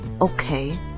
okay